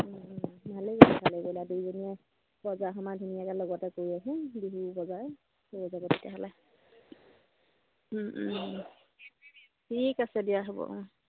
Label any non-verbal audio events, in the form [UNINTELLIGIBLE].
ভালেই [UNINTELLIGIBLE] গ'লো দুজনীয়ে বজাৰ সমাৰ ধুনীয়াকে লগতে কৰি আহিম বিহু বজাৰ হৈ যাব তেতিয়াহ'লে ঠিক আছে দিয়া হ'ব